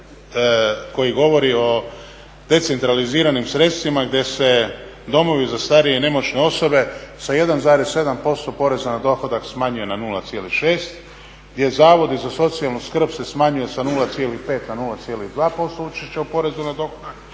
koji govori o decentraliziranim sredstvima gdje se domovi za starije i nemoćne osobe sa 1,7% poreza na dohodak smanjuje na 0,6 gdje zavodi za socijalnu skrb se smanjuje sa 0,5 na 0,2% učešća u porezu na dohodak